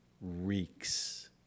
reeks